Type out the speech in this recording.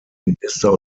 minister